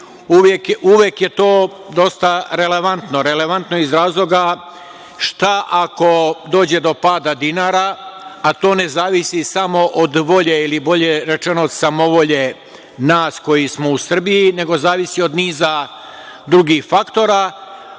uvek je to dosta relevantno. Relevantno iz razloga šta ako dođe do pada dinara, a to ne zavisi samo od volje ili bolje rečeno od samovolje nas koji smo u Srbiji, nego zavisi od niza drugih faktora. Može